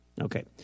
Okay